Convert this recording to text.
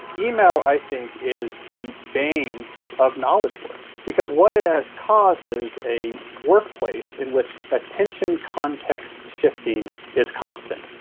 email i think is the bane of knowledge work, because what it has caused is a workplace in which attention context shifting is constant.